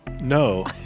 No